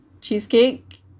cheesecake